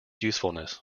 usefulness